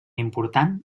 important